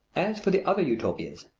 as for the other utopians,